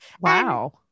Wow